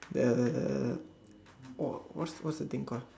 the what what's what's the thing call